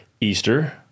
Easter